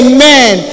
Amen